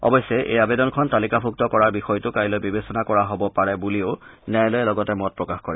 অৱশ্যে এই আবেদনখন তালিকাভুক্ত কৰাৰ বিষয়টো কাইলৈ বিবেচনা কৰা হ'ব পাৰে বুলিও ন্যায়ালয়ে লগতে মত প্ৰকাশ কৰে